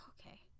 Okay